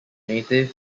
native